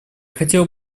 хотела